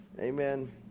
Amen